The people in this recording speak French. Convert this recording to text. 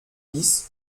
dix